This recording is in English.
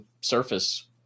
surface